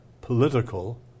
political